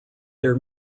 their